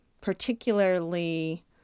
particularly